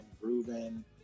grooving